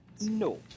No